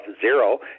zero